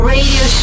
Radio